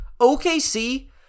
okc